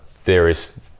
various